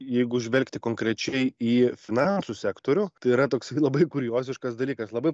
jeigu žvelgti konkrečiai į finansų sektorių tai yra toksai labai kurioziškas dalykas labai